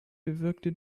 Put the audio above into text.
bewirkte